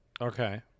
Okay